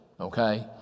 okay